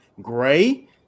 Gray